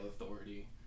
authority